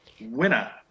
winner